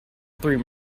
three